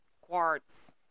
quartz